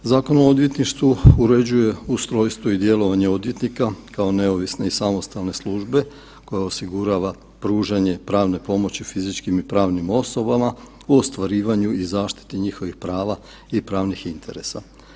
Zakon o odvjetništvu uređuje ustrojstvo i djelovanje odvjetnika kao neovisne i samostalne službe koja osigurava pružanje pravne pomoći fizičkim i pravnim osobama u ostvarivanju i zaštiti njihovih prava i pravnih interesa.